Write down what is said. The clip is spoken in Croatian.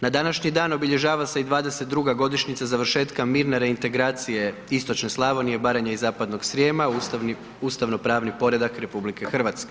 Na današnji dan obilježava se i 22 godišnja završetka mirne reintegracije istočne Slavonije, Baranje i zapadnog Srijema, ustavnopravni poredak RH.